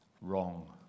Wrong